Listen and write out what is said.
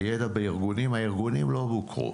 הידע בארגונים והארגונים לא הוכרו.